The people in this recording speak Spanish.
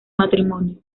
matrimonio